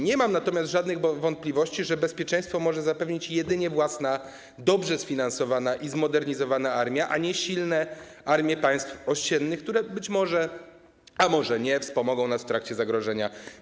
Nie mam natomiast żadnych wątpliwości, że bezpieczeństwo może zapewnić jedynie własna, dobrze sfinansowana i zmodernizowana armia, a nie silne armie państw ościennych, które być może, a może nie, wspomogą nas w trakcie zagrożenia.